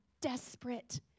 desperate